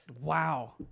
Wow